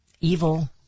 Evil